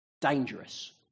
dangerous